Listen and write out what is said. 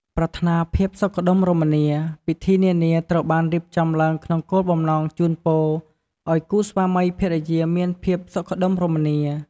ប្រាថ្នាភាពសុខដុមរមនា ពិធីនានាត្រូវបានរៀបចំឡើងក្នុងគោលបំណងជូនពរឱ្យគូស្វាមីភរិយាមានភាពសុខដុមរមនា។